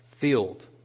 field